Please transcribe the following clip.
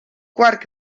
quart